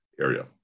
area